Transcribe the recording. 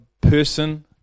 person